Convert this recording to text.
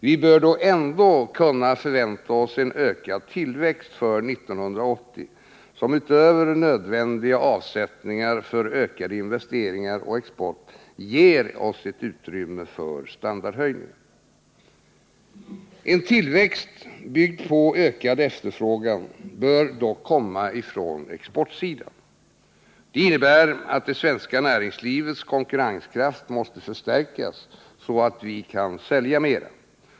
Vi bör dock ändå kunna förvänta oss en ökad tillväxt för 1980, som utöver nödvändiga avsättningar för ökade investeringar och export ger oss ett utrymme för standardhöjningar. En tillväxt byggd på ökad efterfrågan bör dock komma från exportsidan. Det innebär att det svenska näringslivets konkurrenskraft måste förstärkas så att vi kan sälja mer.